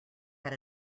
had